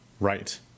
Right